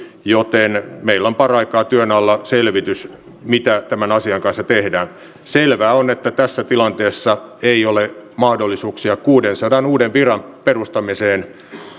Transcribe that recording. joten meillä on paraikaa työn alla selvitys mitä tämän asian kanssa tehdään selvää on että tässä tilanteessa ei ole mahdollisuuksia kuudensadan uuden viran perustamiseen